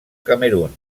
camerun